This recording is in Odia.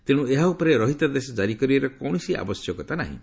ତେଣୁ ଏହା ଉପରେ ରହିତାଦେଶ ଜାରି କରିବାର କୌଣସି ଆବଶ୍ୟକତା ନାହିଁ